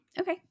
Okay